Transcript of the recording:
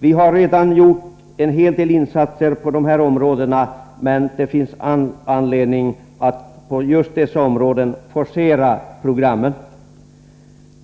Vi har redan gjort en hel del insatser på dessa områden, men det finns all anledning att på just dessa områden forcera programmen.